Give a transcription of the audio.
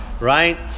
right